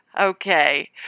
Okay